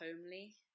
homely